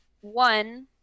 one